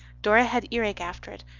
dora had earake after it,